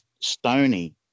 stony